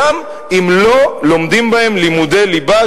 גם אם לא לומדים בהם לימודי ליבה,